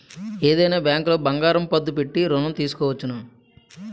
ఏదైనా బ్యాంకులో బంగారం పద్దు పెట్టి ఋణం తీసుకోవచ్చును